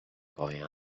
going